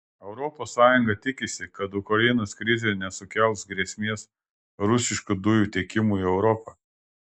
europos sąjunga tikisi kad ukrainos krizė nesukels grėsmės rusiškų dujų tiekimui į europą